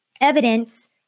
evidence